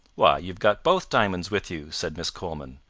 why, you've got both diamonds with you, said miss coleman.